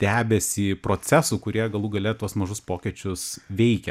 debesį procesų kurie galų gale tuos mažus pokyčius veikia